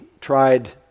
tried